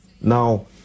Now